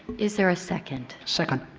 is there a second? second.